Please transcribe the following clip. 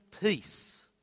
peace